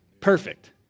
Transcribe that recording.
Perfect